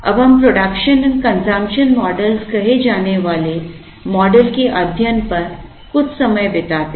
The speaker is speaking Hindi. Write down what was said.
अब हम प्रोडक्शन एंड कंजप्शन मॉडल कहे जाने वाले मॉडल के अध्ययन पर कुछ समय बिताते हैं